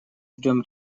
ждем